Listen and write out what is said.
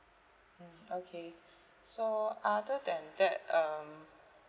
okay so other than that um